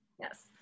Yes